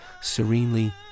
serenely